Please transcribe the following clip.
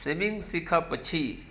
swimming શીખ્યા પછી